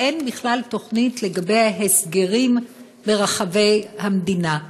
אין בכלל תוכנית לגבי ההסגרים ברחבי המדינה.